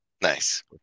Nice